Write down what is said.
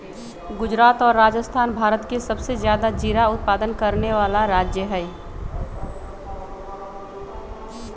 गुजरात और राजस्थान भारत के सबसे ज्यादा जीरा उत्पादन करे वाला राज्य हई